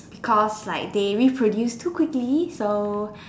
because they like reproduce too quickly so